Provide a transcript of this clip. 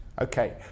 Okay